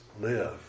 live